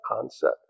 concept